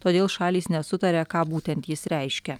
todėl šalys nesutaria ką būtent jis reiškia